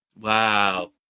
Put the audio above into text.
Wow